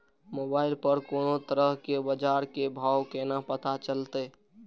Mobile पर कोनो तरह के बाजार के भाव केना पता चलते?